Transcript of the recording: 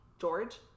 George